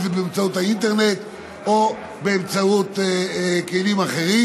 אם באמצעות האינטרנט ואם באמצעות כלים אחרים.